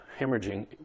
hemorrhaging